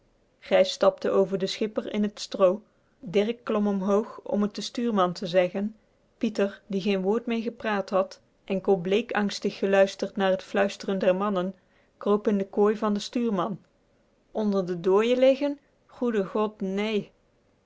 gijs stapte over den schipper in t stroo dirk klom omhoog om t den stuurman te zeggen pieter die geen woord meer gepraat had enkel bleek angstig geluisterd naar t fluistren der mannen kroop in de kooi van den stuurman onder den dooie liggen goede god néé